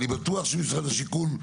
ואני בטוח שמשרד השיכון,